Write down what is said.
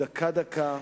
דקה-דקה,